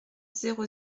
zéro